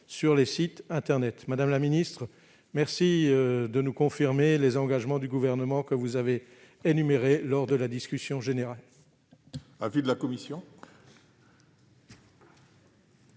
sur les sites internet. Madame la ministre, je vous remercie de nous confirmer les engagements du Gouvernement que vous avez évoqués lors de la discussion générale.